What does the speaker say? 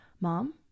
mom